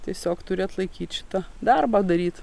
tiesiog turi atlaikyt šitą darbą daryt